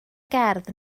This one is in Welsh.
gerdd